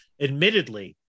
admittedly